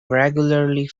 regularly